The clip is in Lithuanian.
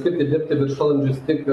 tiktai dirbti viršvalandžius tik